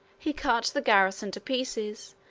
he cut the garrison to pieces,